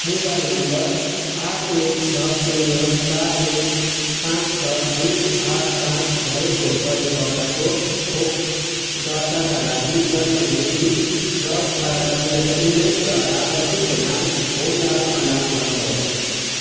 mobile number आठ एक छ शून्य चार एक पाँच छ दुई आठ पाँच भएको प्रयोगकर्ताको खोप दर्ताका लागि जन्म मिति दस बाह्र दुई हजार उन्नाइस र लाभार्थीको नाम हुमलाल खनाल भर्नुहोस्